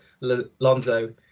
Lonzo